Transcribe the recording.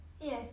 Yes